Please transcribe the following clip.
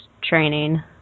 training